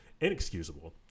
inexcusable